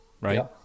right